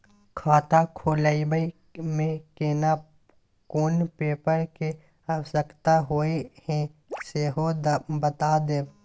खाता खोलैबय में केना कोन पेपर के आवश्यकता होए हैं सेहो बता देब?